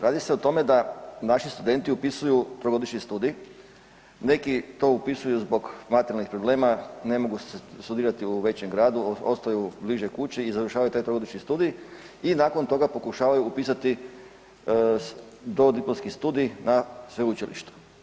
Radi se o tome da naši studenti upisuju trogodišnji studij, neki to upisuju zbog materijalnih problema, ne mogu studirati u većem gradu ostaju bliže kući i završavaju taj trogodišnji studij i nakon toga pokušavaju upisati dodiplomski studij na sveučilištu.